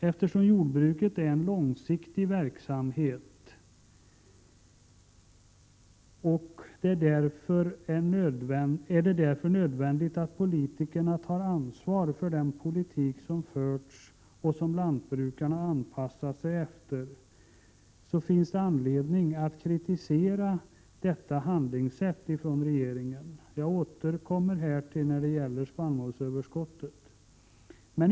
Eftersom jordbruket är en långsiktig verksamhet och det därmed är nödvändigt att politikerna tar ansvar för den politik som förts och som lantbruket anpassat sig efter, finns det anledning att kritisera detta handlingssätt från regeringen. Jag återkommer härtill när det gäller spannmålsöverskottet.